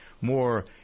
more